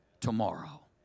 tomorrow